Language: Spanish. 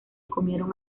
comieron